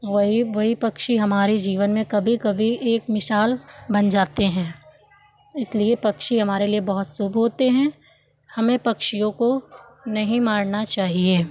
वही वही पक्षी हमारे जीवन में कभी कभी एक मिसाल बन जाते हैं इसलिए पक्षी हमारे लिए बहुत शुभ होते हैं हमें पक्षियों को नहीं मारना चाहिए